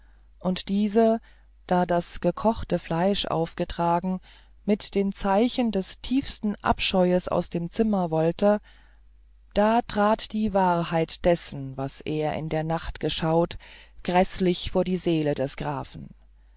und diese da das gekochte fleisch aufgetragen mit den zeichen des tiefsten abscheus aus dem zimmer wollte da trat die wahrheit dessen was er in der nacht geschaut gräßlich vor die seele des grafen